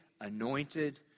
anointed